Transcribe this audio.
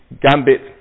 gambit